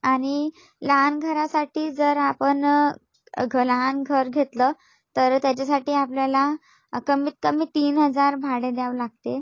आणि लहान घरासाठी जर आपण घ लहान घर घेतलं तर त्याच्यासाठी आपल्याला कमीत कमी तीन हजार भाडे द्यावे लागते